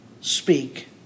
speak